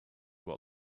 what